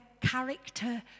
character